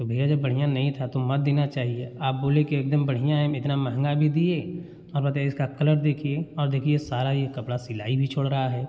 तो भैया जब बढ़ियाँनहीं था तो मत देना चाहिए आप बोले की एकदम बढ़िया है इतना महँगा भी दिए और बताइए इसका कलर देखिए और देखिए सारा ही कपड़ा सिलाई भी छोड़ रहा है